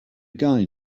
guy